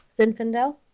Zinfandel